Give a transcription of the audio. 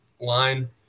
line